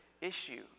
issue